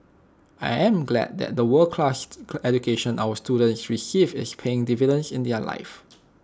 I am glad that the world class education our students receive is paying dividends in their lives